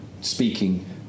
speaking